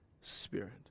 spirit